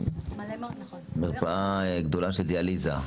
מרפאה גדולה של דיאליזה,